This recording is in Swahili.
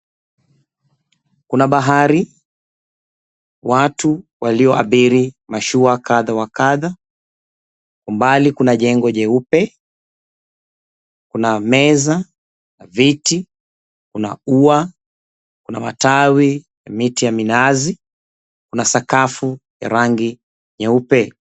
Kuna bahari, watu walioabiri mashua kadha wa kadha umbali kuna jengo jeupe, kuna meza, viti, kuna ua, kuna matawi na miti ya minazi kuna sakafu ya rangi nyeupe